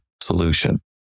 solution